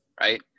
right